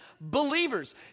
believers